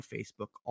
Facebook